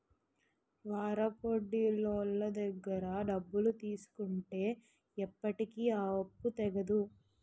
వారాపొడ్డీలోళ్ళ దగ్గర డబ్బులు తీసుకుంటే ఎప్పటికీ ఆ అప్పు తెగదు